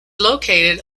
located